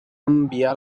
enviar